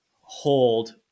hold